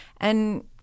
And-